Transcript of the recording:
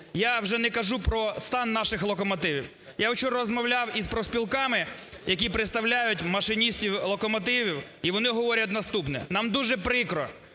Я вже не кажу про стан наших локомотивів. Я вчора розмовляв із профспілками, які представляють машиністів локомотивів, і вони говорять наступне. Нам дуже прикро,